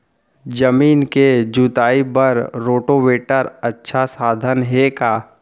जमीन के जुताई बर रोटोवेटर अच्छा साधन हे का?